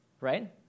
right